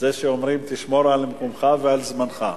זהו שאומרים, תשמור על מקומך ועל זמנך.